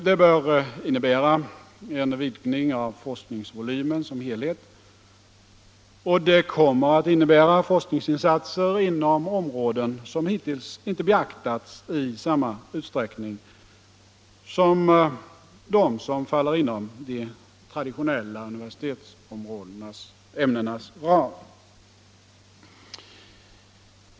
Det bör innebära en vidgning av forskningsvolymen såsom helhet, och det kommer att betyda forskningsinsatser inom områden som hittills inte har beaktats i samma utsträckning som de som faller inom de traditionella universitetsämnenas ram.